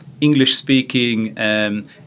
English-speaking